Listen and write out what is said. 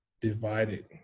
divided